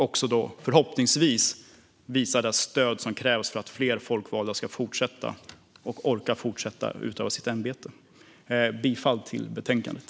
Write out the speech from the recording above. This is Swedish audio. De ska förhoppningsvis visa det stöd som krävs för att fler folkvalda ska orka fortsätta utöva sitt ämbete. Jag yrkar bifall till förslaget i betänkandet.